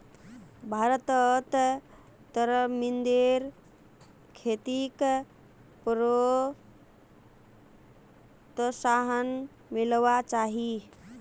भारतत तरमिंदेर खेतीक प्रोत्साहन मिलवा चाही